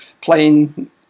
playing